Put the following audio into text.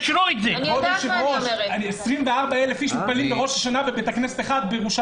בבית הכנסת אחד בירושלים מתפללים בראש השנה 24,000 איש.